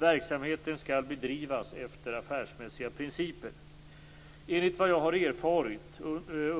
Verksamheten skall bedrivas efter affärsmässiga principer. Enligt vad jag har erfarit